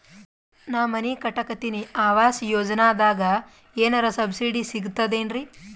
ನಾ ಮನಿ ಕಟಕತಿನಿ ಆವಾಸ್ ಯೋಜನದಾಗ ಏನರ ಸಬ್ಸಿಡಿ ಸಿಗ್ತದೇನ್ರಿ?